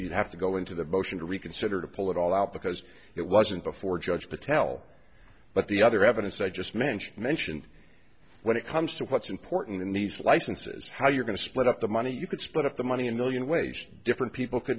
you have to go into the motion to reconsider to pull it all out because it wasn't before judge patel but the other evidence i just mentioned mention when it comes to what's important in these licenses how you're going to split up the money you can split up the money a million ways different people c